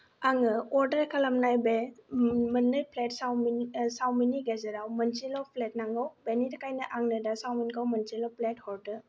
आङो अर्डार खालामनाय बे मोननै प्लेट चाउमिन चाउमिननि गेजेराव मोनसेल' प्लेट नांगौ बेनि थाखायनो आंनो दा चाउमिनखौ मोनसेल' प्लेट हरदो